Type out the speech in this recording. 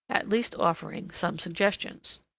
at least offering some suggestions.